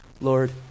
Lord